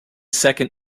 second